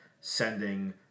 sending